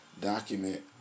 Document